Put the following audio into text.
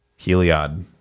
Heliod